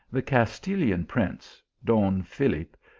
the castilian prince, don philip,